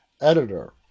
editor